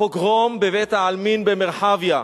הפוגרום בבית-העלמין במרחביה.